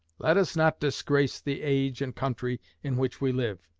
let us not disgrace the age and country in which we live.